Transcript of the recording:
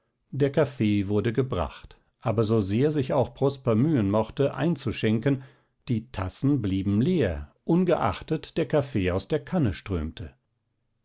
der kaffee wurde gebracht aber so sehr sich auch prosper mühen mochte einzuschenken die tassen blieben leer ungeachtet der kaffee aus der kanne strömte